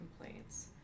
complaints